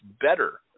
better